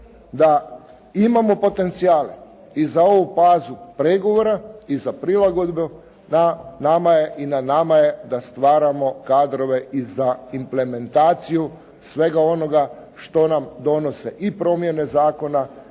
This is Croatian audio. da imamo potencijale i za ovu fazu pregovora i za prilagodbu. Na nama je da stvaramo kadrove i za implementaciju svega onoga što nam donose i promjene zakona